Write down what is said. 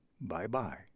Bye-bye